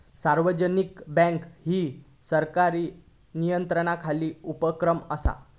सार्वजनिक बँक ही सरकारी नियंत्रणाखालील उपक्रम असा